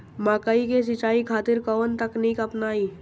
मकई के सिंचाई खातिर कवन तकनीक अपनाई?